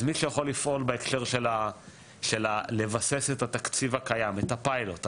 אז מי שיכול לפעול בהקשר של לבסס את התקציב הקיים את הפיילוט,